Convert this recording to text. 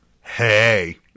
Hey